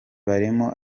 barimo